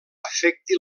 afecti